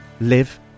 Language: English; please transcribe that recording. live